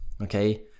Okay